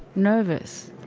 nervous.